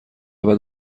بعد